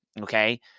Okay